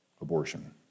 abortion